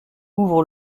ouvre